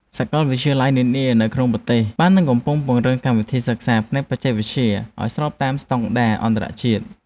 សាកលវិទ្យាល័យនានានៅក្នុងប្រទេសបាននឹងកំពុងពង្រឹងកម្មវិធីសិក្សាផ្នែកបច្ចេកវិទ្យាឱ្យស្របតាមស្តង់ដារអន្តរជាតិ។